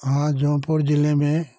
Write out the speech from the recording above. हाँ जौनपुर जिले में